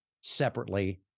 separately